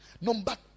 number